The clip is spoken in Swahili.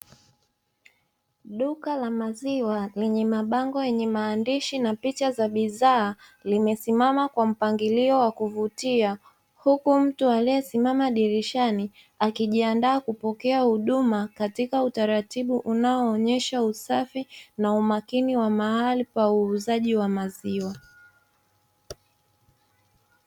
Duka la maziwa lenye mabango yenye maandishi na picha za bidhaa, limesimama kwa mpangilio wa kuvutia, huku mtu aliyesimama dirishani, akijiandaa kupokea huduma katika utaratibu unaonyesha usafi na umakini wa mahali pa uuzaji wa maziwa.